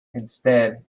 instead